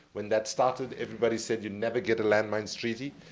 when that started, everybody said, you'll never get a land mines treaty.